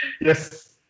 yes